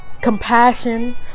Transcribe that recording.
compassion